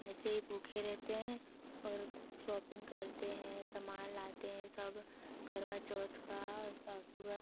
ऐसे ही भूखे रहते हैं और शॉपिन्ग करते हैं सामान लाते हैं सब करवा चौथ का सुबह